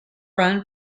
run